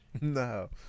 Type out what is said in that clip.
No